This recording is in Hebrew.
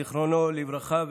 זיכרונו לברכה,